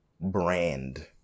brand